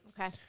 Okay